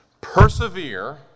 Persevere